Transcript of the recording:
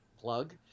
Plug